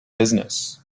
business